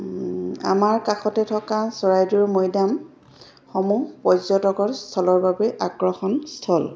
আমাৰ কাষতে থকা চৰাইদেউৰ মৈদামসমূহ পৰ্যটকৰ স্থলৰ বাবে আকৰ্ষণ স্থল